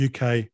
uk